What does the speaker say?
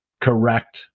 correct